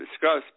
discuss